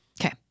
Okay